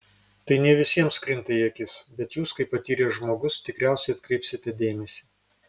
tai ne visiems krinta į akis bet jūs kaip patyręs žmogus tikriausiai atkreipsite dėmesį